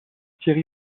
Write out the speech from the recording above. thierry